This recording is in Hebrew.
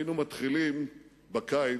היינו מתחילים בקיץ,